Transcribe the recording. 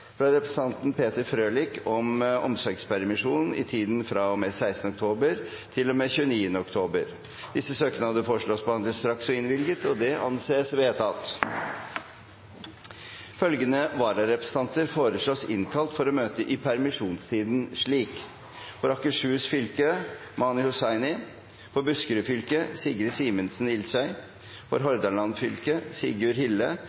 fra representanten Peter Frølich om omsorgspermisjon i tiden fra og med 16. oktober til og med 29. oktober Etter forslag fra presidenten ble enstemmig besluttet: Disse søknader behandles straks og innvilges. Følgende vararepresentanter innkalles for å møte i permisjonstiden: For Akershus fylke: Mani Hussaini 17. oktober–09. november For Buskerud fylke: Sigrid Simensen Ilsøy 17. oktober–09. november For